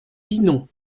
pinon